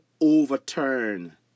overturn